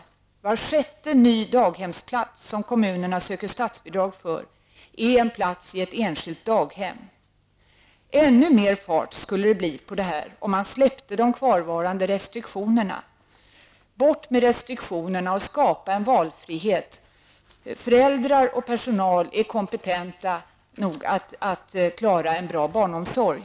Var sjätte ny daghemsplats som kommunerna söker statsbidrag för är en plats i ett enskilt daghem. Det skulle bli ännu mer fart på detta om man släppte de kvarvarande restriktionerna. Bort med restriktionerna, och skapa en valfrihet. Föräldrar och personal är kompetenta nog att ge en bra barnomsorg.